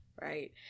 right